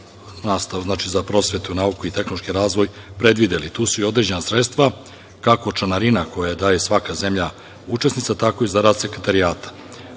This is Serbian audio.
budžetu za prosvetu, nauku i tehnološki razvoj predvideli. Tu su i određena sredstva, kako članarina koju daje svaka zemlja učesnica, za rad sekretarijata.